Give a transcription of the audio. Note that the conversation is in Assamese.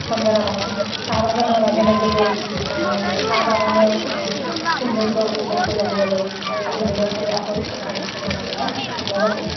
চন্দনা বাগান চাহ বাগানৰ মাজে মাজে গৈ চাহ বাগানৰ সৌন্দৰ্য উপভোগ কৰি আহিবলৈ আহিবলৈ সেয়া হ'ল আমাৰ চন্দনা বাগান লগতে